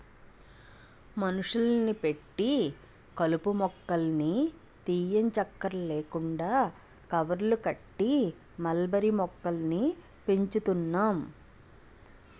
మనుషుల్ని పెట్టి కలుపు మొక్కల్ని తీయంచక్కర్లేకుండా కవర్లు కట్టి మల్బరీ మొక్కల్ని పెంచుతున్నాం